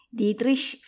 Dietrich